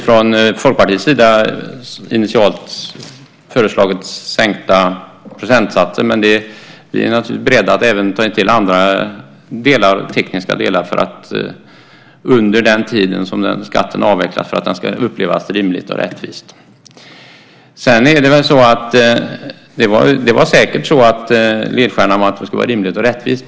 Från Folkpartiets sida har vi initialt föreslagit sänkta procentsatser, men vi är naturligtvis beredda att ta till även andra tekniska delar under den tid då skatten ska avvecklas för att det hela ska upplevas som rimligt och rättvist. Ledstjärnan var säkert att det skulle vara rimligt och rättvist.